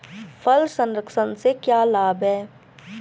फल संरक्षण से क्या लाभ है?